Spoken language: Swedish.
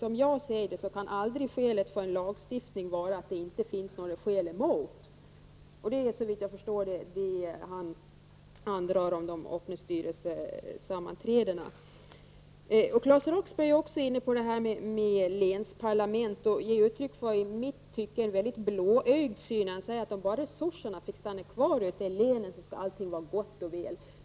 Som jag ser det kan skälet för en lagstiftning aldrig vara att det inte finns några skäl emot. Såvitt jag förstår är det det han anför om de öppna styrelsesammanträdena. Claes Roxbergh är också inne på frågan om länsparlamenten. Han ger i mitt tycke uttryck för en mycket blåögd syn när han säger att om bara resurserna får vara kvar ute i länen så skall allt vara gott och väl.